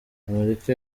amerika